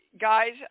guys